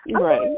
Right